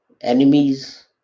enemies